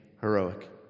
heroic